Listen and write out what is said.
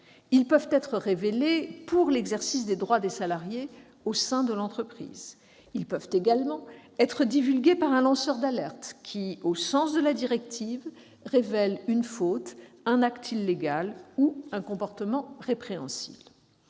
Ils peuvent être révélés pour l'exercice des droits des salariés au sein de l'entreprise. Ils peuvent également être divulgués par un lanceur d'alerte qui, au sens de la directive, révèle une faute, un acte illégal ou un comportement répréhensible.